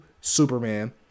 Superman